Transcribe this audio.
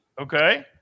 Okay